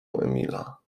emila